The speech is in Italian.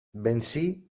bensì